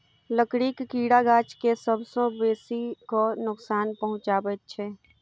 लकड़ीक कीड़ा गाछ के सभ सॅ बेसी क नोकसान पहुचाबैत छै